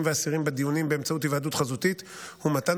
ואסירים בדיונים באמצעות היוועדות חזותית הוא מתן